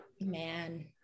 man